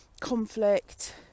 conflict